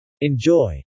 Enjoy